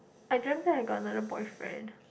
I dreamt that I got another boyfriend